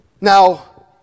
Now